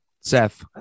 Seth